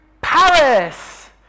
Paris